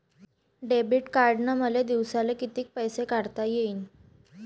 Debit कार्डनं मले दिवसाले कितीक पैसे काढता येईन?